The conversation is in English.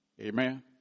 Amen